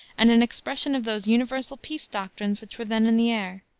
and an expression of those universal peace doctrines which were then in the air,